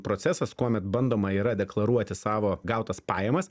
procesas kuomet bandoma yra deklaruoti savo gautas pajamas